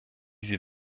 sie